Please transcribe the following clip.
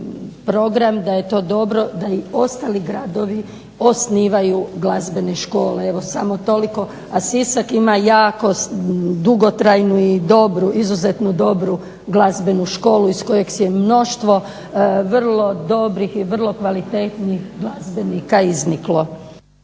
program, da je to dobro da i ostali gradovi osnivaju glazbene škole. Evo samo toliko, a Sisak ima jako dugotrajnu i dobru, izuzetno dobru glazbenu školu iz kojeg je mnoštvo vrlo dobrih i vrlo kvalitetnih glazbenika izniklo.